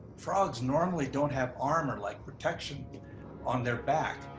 frogs normally don't have armor, like protection on their back,